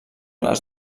les